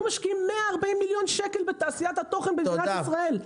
היו משקיעים 140 מיליון שקל בתעשיית התוכן במדינת ישראל,